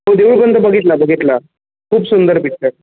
हो देऊळ बंद बघितला बघितला खूप सुंदर पिक्चर